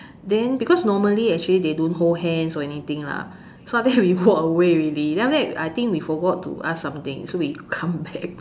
then because normally actually they don't hold hands or anything lah so then after that we walk away already then after that I think we forgot to ask something so we come back